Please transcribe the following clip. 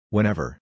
Whenever